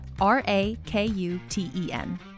R-A-K-U-T-E-N